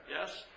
yes